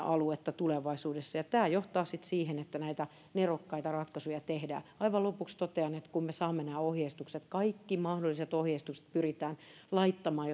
aluetta tämä johtaa sitten siihen että näitä nerokkaita ratkaisuja tehdään aivan lopuksi totean että kun me saamme nämä ohjeistukset kaikki mahdolliset ohjeistukset pyritään laittamaan